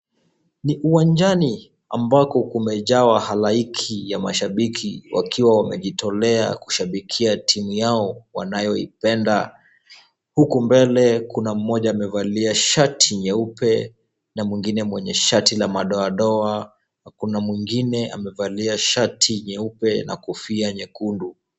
Ni uwanjani ambako kumejaa wahalaiki ya mashabiki wakiwa wamejitolea kushabikia timu yao wanayoipenda huku mbele kuna mmoja amevalia shati nyeupe na mwingine mwenye shati la madoadoa. Kuna mwingine amevalia shati nyeupe na kofia nyekundu.